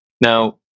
Now